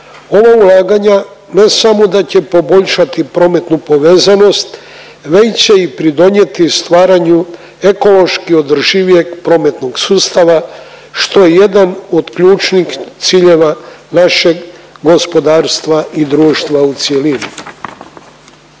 Ova ulaganja ne samo da će poboljšati prometnu povezanost već će i pridonijeti stvaranju ekološki održivijeg prometnog sustava što je jedan od ključnih ciljeva našeg gospodarstva i društva u cjelini.